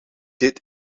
dit